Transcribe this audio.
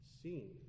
seen